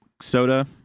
soda